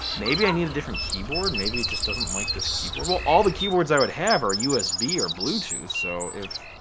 maybe i need a different keyboard. maybe it just doesn't like this keyboard. well all the keyboards i would have are usb or bluetooth. so if